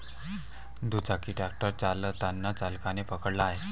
दुचाकी ट्रॅक्टर चालताना चालकाने पकडला आहे